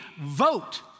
vote